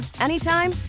anytime